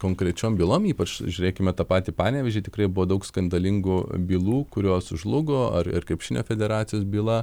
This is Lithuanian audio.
konkrečiom bylom ypač žiūrėkime tą patį panevėžį tikrai buvo daug skandalingų bylų kurios žlugo ar ir krepšinio federacijos byla